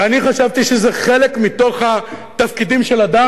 ואני חשבתי שזה חלק מהתפקידים של אדם,